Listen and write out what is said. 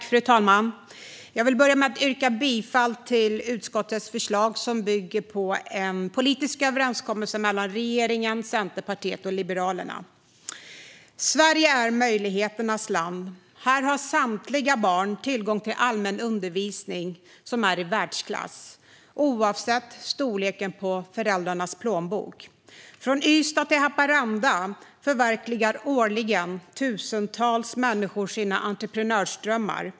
Fru talman! Jag vill börja med att yrka bifall till utskottets förslag, som bygger på en politisk överenskommelse mellan regeringen, Centerpartiet och Liberalerna. Sverige är möjligheternas land. Här har samtliga barn tillgång till allmän undervisning i världsklass, oavsett storleken på föräldrarnas plånbok. Från Ystad till Haparanda förverkligar årligen tusentals människor sina entreprenörsdrömmar.